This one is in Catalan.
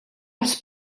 les